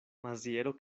maziero